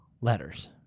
letters